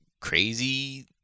crazy